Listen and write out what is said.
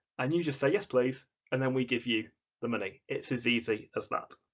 and you just say yes please and then we give you the money it's as easy as that.